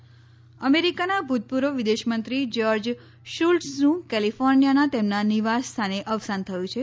George Shultz અમેરીકાના ભૂતપૂર્વ વિદેશમંત્રી જ્યોર્જ શુલ્ટઝનું કેલિફોર્નીયાના તેમના નિવાસ સ્થાને અવસાન થયું છે